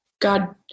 God